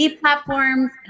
platforms